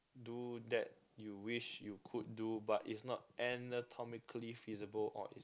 do that you wish you could do but is not anatomically feasible or is